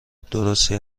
درستی